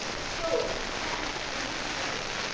so sad to see my mother die.